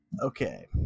Okay